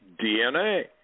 DNA